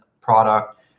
product